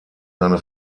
seine